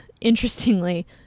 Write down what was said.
interestingly